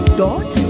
dot